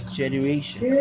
generation